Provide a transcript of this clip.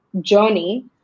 journey